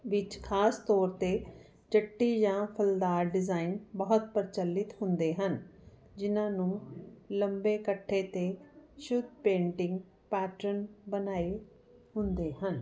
ਵਿੱਚ ਖਾਸ ਤੌਰ 'ਤੇ ਚਿੱਟੇ ਜਾਂ ਫੁੱਲਦਾਰ ਡਿਜ਼ਾਇਨ ਬਹੁਤ ਪ੍ਰਚਲਿਤ ਹੁੰਦੇ ਹਨ ਜਿਹਨਾਂ ਨੂੰ ਲੰਬੇ ਇਕੱਠੇ ਅਤੇ ਸ਼ੁੱਧ ਪੇਂਟਿੰਗ ਪੈਟਰਨ ਬਣਾਏ ਹੁੰਦੇ ਹਨ